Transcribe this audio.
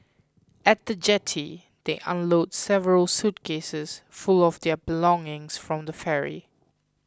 at the jetty they unload several suitcases full of their belongings from the ferry